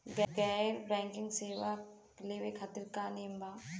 गैर बैंकिंग सेवा लेवे खातिर का नियम बा?